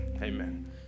Amen